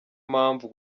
mpamvu